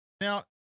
Now